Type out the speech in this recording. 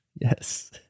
Yes